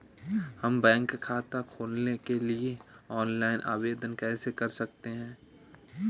हम बैंक खाता खोलने के लिए ऑनलाइन आवेदन कैसे कर सकते हैं?